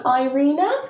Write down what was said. Irina